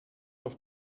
auf